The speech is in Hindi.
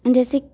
जैसे